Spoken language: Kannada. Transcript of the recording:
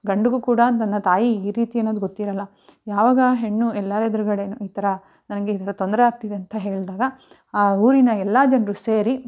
ಗಂಡಿಗೂ ಕೂಡ ತನ್ನ ತಾಯಿ ಈ ರೀತಿ ಅನ್ನೋದು ಗೊತ್ತಿರೋಲ್ಲ ಯಾವಾಗ ಆ ಹೆಣ್ಣು ಎಲ್ಲಾರ ಎದ್ರುಗಡೆಯೂ ಈ ಥರ ನನಗೆ ಇದರಿಂದ ತೊಂದರೆ ಆಗ್ತಿದೆ ಅಂತ ಹೇಳಿದಾಗ ಆ ಊರಿನ ಎಲ್ಲ ಜನರು ಸೇರಿ